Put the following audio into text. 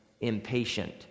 impatient